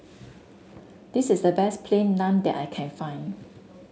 this is the best Plain Naan that I can find